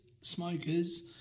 Smokers